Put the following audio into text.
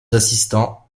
assistants